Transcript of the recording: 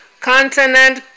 continent